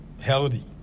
healthy